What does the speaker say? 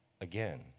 again